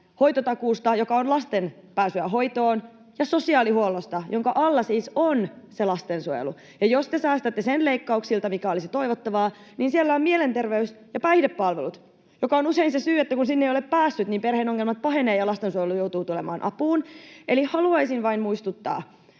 hoitotakuusta, joka on lasten pääsyä hoitoon, ja sosiaalihuollosta, jonka alla siis on se lastensuojelu. Jos te säästätte sen leikkauksilta, mikä olisi toivottavaa, niin siellä ovat kuitenkin mielenterveys- ja päihdepalvelut, ja usein se, että sinne ei ole päässyt, on syy siihen, että perheen ongelmat pahenevat ja lastensuojelu joutuu tulemaan apuun. Haluaisin vain muistuttaa,